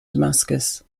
damascus